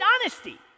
Honesty